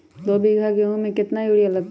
दो बीघा गेंहू में केतना यूरिया लगतै?